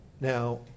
Now